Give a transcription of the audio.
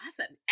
awesome